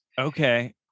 okay